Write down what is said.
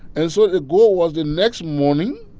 and so the goal was the next morning,